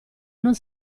non